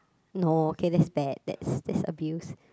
no okay that's bad that's that's abuse